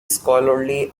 scholarly